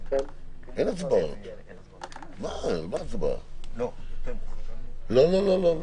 מה הצרכים שלהם